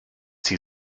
sie